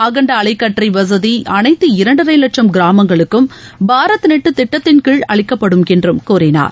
அகன்ட அலைக்கற்றை வசதி அனைத்து இரண்டரை வட்சும் கிராமங்களுக்கும் பாரத் நெட் திட்டத்தின்கீழ் அளிக்கப்படும் என்று கூறினார்